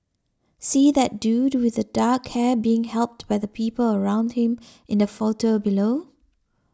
see that dude with the dark hair being helped by the people around him in the photo below